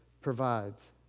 provides